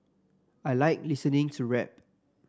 I like listening to rap